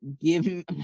give